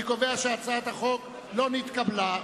אני קובע שהצעת החוק לא נתקבלה.